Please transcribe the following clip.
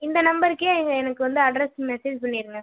இந்த நம்பருக்கே எனக்கு வந்து அட்ரெஸ் மெஸேஜ் பண்ணிருங்க